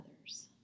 others